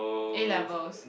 A-levels